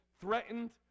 threatened